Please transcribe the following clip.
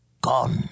Gone